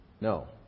No